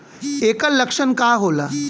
ऐकर लक्षण का होला?